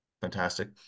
fantastic